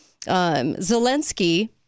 Zelensky